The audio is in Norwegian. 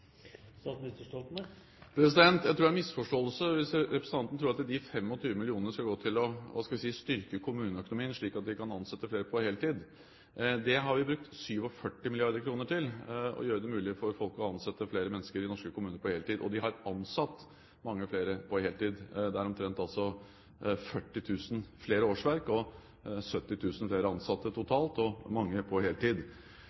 Jeg tror det er en misforståelse hvis representanten tror at de 25 mill. kr skal gå til – hva skal vi si – å styrke kommuneøkonomien slik at vi kan ansette flere på heltid. Der har vi brukt 47 mrd. kr til å gjøre det mulig for folk å ansette flere mennesker i norske kommuner på heltid, og de har ansatt mange flere på heltid: Det er omtrent 40 000 flere årsverk og 70 000 flere ansatte